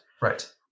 right